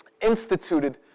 instituted